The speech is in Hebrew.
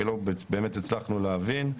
כי לא באמת הצלחנו להבין.